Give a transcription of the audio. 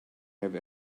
have